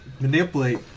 manipulate